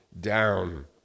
down